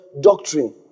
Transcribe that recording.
doctrine